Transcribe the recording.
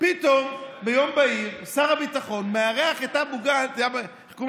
פתאום ביום בהיר, שר הביטחון מארח את אבו מאזן.